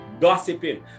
gossiping